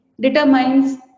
determines